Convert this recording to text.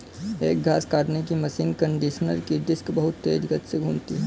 एक घास काटने की मशीन कंडीशनर की डिस्क बहुत तेज गति से घूमती है